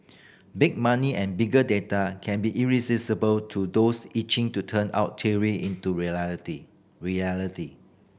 big money and bigger data can be irresistible to those itching to turn theory into reality